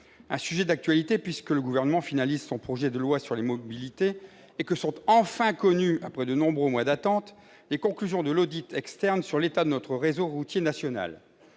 un sujet d'actualité puisque le Gouvernement finalise son projet de loi sur les mobilités et que sont enfin connues, après de nombreux mois d'attente, les conclusions de l'audit externe sur l'état de notre réseau routier national.